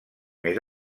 més